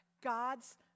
God's